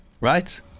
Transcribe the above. right